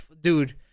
dude